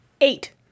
eight